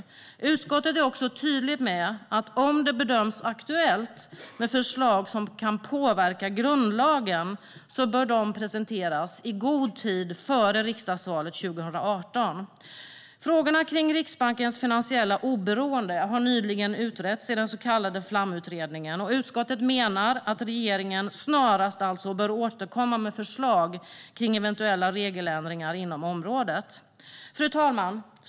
Utskottet är också tydligt med att om det bedöms aktuellt med förslag som kan påverka grundlagen bör de presenteras i god tid före riksdagsvalet 2018. Frågorna om Riksbankens finansiella oberoende har nyligen utretts i den så kallade Flamutredningen, och utskottet menar att regeringen snarast bör återkomma med förslag om eventuella regeländringar inom området. Fru talman!